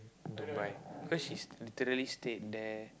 in Dubai cause she's literally stayed there